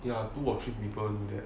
ya two or three people do that